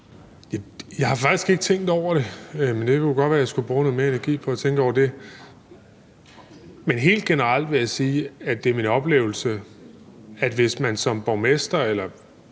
Jeg har faktisk ikke tænkt over det, men det kan godt være, at jeg skulle bruge noget mere energi på at tænke over det. Men helt generelt vil jeg sige, at det er min oplevelse, at hvis man som borgmester eller